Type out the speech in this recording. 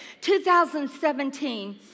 2017